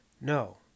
No